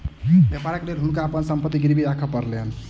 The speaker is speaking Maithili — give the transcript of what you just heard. व्यापारक लेल हुनका अपन संपत्ति गिरवी राखअ पड़लैन